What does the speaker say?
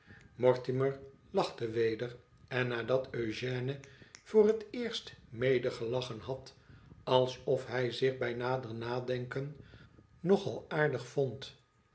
mortimer lachte weder en nadat eugène voor het eerst medegelachen had alsof hij zich bij nader nadenken nog al aardig vond